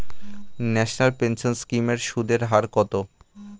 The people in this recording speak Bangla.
ন্যাশনাল পেনশন স্কিম এর সুদের হার কত?